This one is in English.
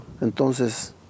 entonces